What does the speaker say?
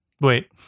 Wait